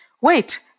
wait